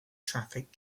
traffic